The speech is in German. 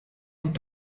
und